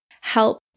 help